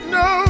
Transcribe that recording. no